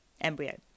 embryo